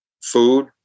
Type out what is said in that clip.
Food